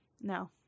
No